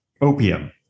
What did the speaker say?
opium